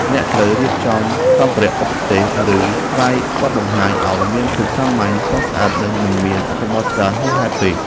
អ្នកត្រូវរៀបចំសម្ភារៈឧបទេស ឬស្លាយបទបង្ហាញ ឱ្យមានភាពសាមញ្ញ ស្រស់ស្អាត និងមិនមានអត្ថបទច្រើនហួសហេតុពេក។